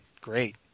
great